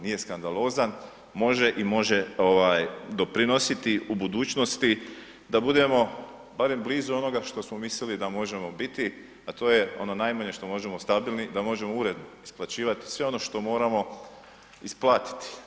Nije skandalozan, može i može doprinositi u budućnosti da budemo barem blizu onoga što smo mislili da možemo biti, a to je ono najmanje što možemo, stabilni, da možemo uredno isplaćivati sve ono što moramo isplatiti.